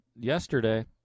yesterday